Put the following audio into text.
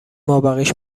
مابقیش